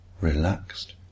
relaxed